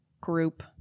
group